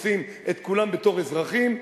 רוצים את כולם בתור אזרחים,